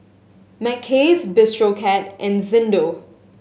Mackays Bistro Cat and Xndo